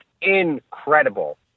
incredible